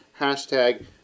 hashtag